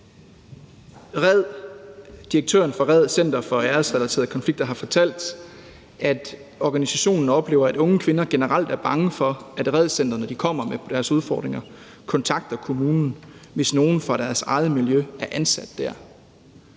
direktøren for RED, Center mod æresrelaterede konflikter, har fortalt, at organisationen oplever, at unge kvinder generelt er bange for, at RED-centrene, når de kommer med deres udfordringer, kontakter kommunen, hvis nogen fra deres eget miljø er ansat dér.